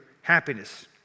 happiness